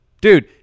Dude